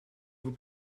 vous